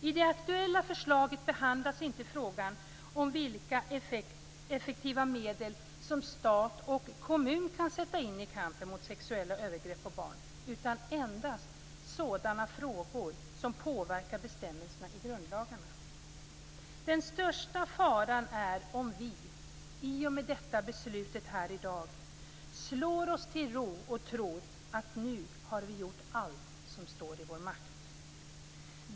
I det aktuella förslaget behandlas inte frågan om vilka effektiva medel stat och kommun kan sätta in i kampen mot sexuella övergrepp mot barn, utan endast sådana frågor som påverkar bestämmelserna i grundlagarna. Den största faran är om vi i och med detta beslut i dag slår oss till ro och tror att vi nu har gjort allt som står i vår makt.